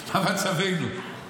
מה מצבנו?